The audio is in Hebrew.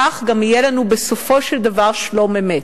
כך גם יהיה לנו בסופו של דבר שלום אמת.